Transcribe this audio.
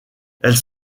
elles